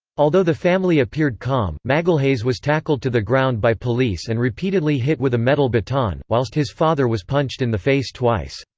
although the family appeared calm, magalhaes was tackled to the ground by police and repeatedly hit with a metal baton, whilst his father was punched in the face twice.